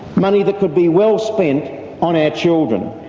money that could be well spent on our children.